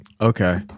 Okay